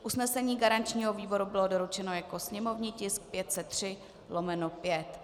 Usnesení garančního výboru bylo doručeno jako sněmovní tisk 503/5.